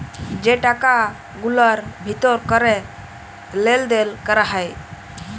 যে টাকা গুলার ভিতর ক্যরে লেলদেল ক্যরা হ্যয়